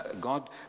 God